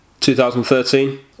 2013